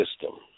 system